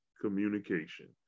communication